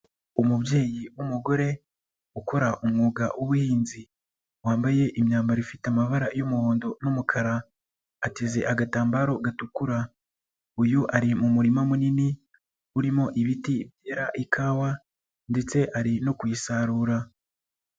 Umubyeyi w'umugore ukora umwuga w'ubuhinzi ,wambaye imyambaro ifite amabara y'umuhondo ,n'umukara, ateze agatambaro gatukura .Uyu ari mu murima munini, urimo ibiti byera ikawa ,ndetse ari no kuyisarura.